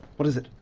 what is it?